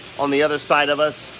on the other side of us,